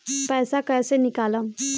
पैसा कैसे निकालम?